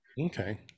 Okay